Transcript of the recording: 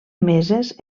meses